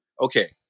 okay